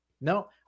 no